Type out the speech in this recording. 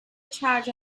charge